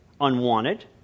unwanted